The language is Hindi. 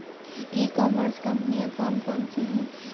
ई कॉमर्स कंपनियाँ कौन कौन सी हैं?